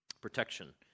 Protection